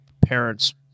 parents